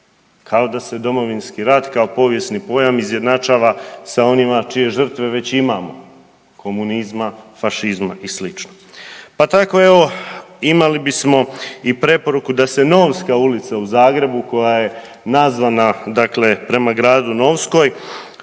kao da se Domovinski rat kao povijesni pojam izjednačava sa onima čije žrtve već imamo, komunizma, fašizma i sl., pa tako evo, imali bismo i preporuku da se Novska ulica u Zagrebu koja je nazvana dakle prema gradu Novskoj,